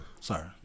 Sorry